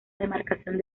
demarcación